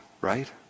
Right